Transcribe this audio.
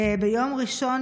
ביום ראשון,